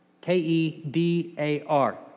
K-E-D-A-R